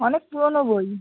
অনেক পুরোনো বই